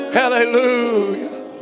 hallelujah